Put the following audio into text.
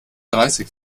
dreißig